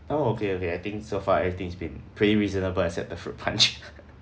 oh okay okay I think so far everything is been pretty reasonable except the fruit punch